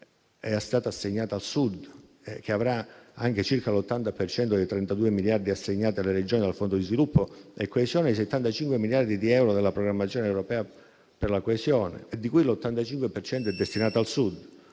è stato assegnato al Sud, che avrà anche circa l'80 per cento dei 32 miliardi assegnati alle Regioni dal Fondo di sviluppo e coesione e i 75 miliardi di euro della programmazione europea per la coesione, di cui l'85 per cento è destinato al Sud.